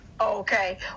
Okay